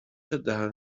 دهن